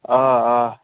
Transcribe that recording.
آ آ